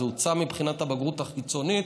זה הוצא מבחינת הבגרות החיצונית,